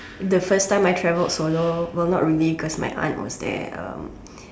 the first time I travelled solo well not really cause my aunt was there um